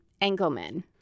Engelman